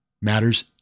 matters